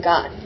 God